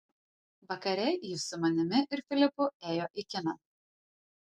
vakare jis su manimi ir filipu ėjo į kiną